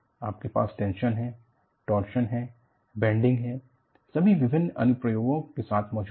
आपके पास टेंशन है टॉर्शन है बैंडिंग है सभी विभिन्न अनुपातों के साथ मौजूद हैं